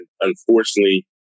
unfortunately